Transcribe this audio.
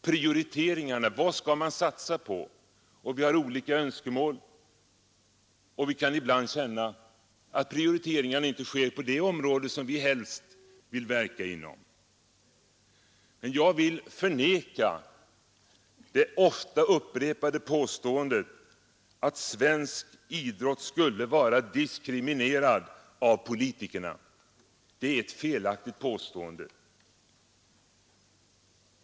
Vad skall vi satsa på? Vi har olika önskemål och vi kan ibland känna att prioriteringarna inte sker på de områden som vi helst vill verka inom. Men jag vill bestrida det ofta upprepade påståendet att svensk idrott skulle vara diskriminerad av politikerna. Det är ett felaktigt påstående.